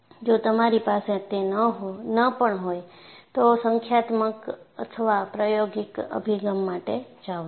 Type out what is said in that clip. જો તમારી પાસે તે ન પણ હોય તો સંખ્યાત્મક અથવા પ્રાયોગિક અભિગમ માટે જાઓ છો